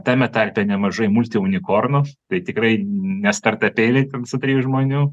tame tarpe nemažai multi unikornų tai tikrai ne startapėliai su trijais žmonių